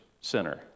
Center